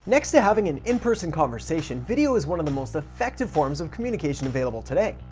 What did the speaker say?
next to having an in person conversation, video is one of the most effective forms of communication available today.